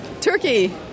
Turkey